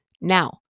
now